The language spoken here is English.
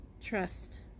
trust